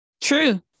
True